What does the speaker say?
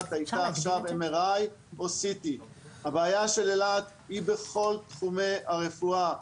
עכשיו הייתה MRI או CT. הבעיה של אילת היא בכל תחומי הרפואה.